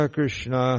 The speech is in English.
Krishna